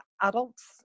adults